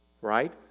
Right